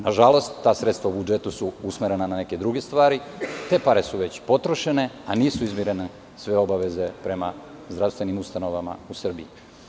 Nažalost, ta sredstva u budžetu su usmerena na neke druge stvari, a pare su već potrošene, a nisu izmirene sve obaveze prema zdravstvenim ustanovama u Srbiji.